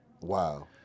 Wow